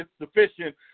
sufficient